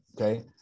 Okay